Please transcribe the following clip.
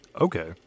Okay